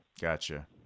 Gotcha